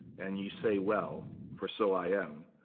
and ye say, well, for so i am.